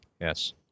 Yes